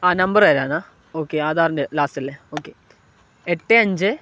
ആ നമ്പറ് തരാനാണ് ഓക്കെ ആധാറിൻ്റെ ലാസ്റ്റല്ലേ ഓക്കെ എട്ട് അഞ്ച്